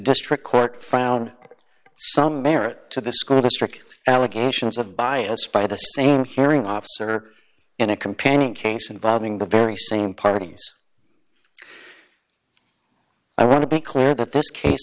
district court found some merit to the school district allegations of bias by the same hearing officer in a companion case involving the very same parties i want to be clear that this case